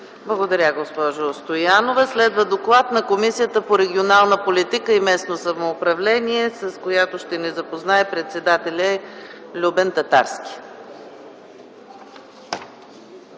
Благодаря, госпожо Стоянова. Следва доклад на Комисията по регионална политика и местно самоуправление, с който ще ни запознае председателят й Любен Татарски.